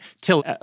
till